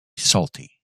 salty